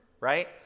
right